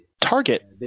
target